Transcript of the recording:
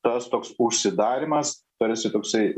tas toks užsidarymas tarsi toksai